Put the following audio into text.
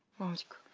moscow!